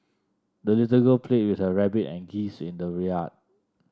the little girl played with her rabbit and geese in the yard